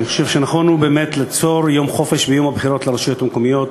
אני חושב שנכון באמת ליצור יום חופש ביום הבחירות לרשויות המקומיות.